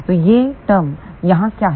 तो यह टर्र्म यहाँ क्या है